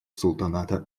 султаната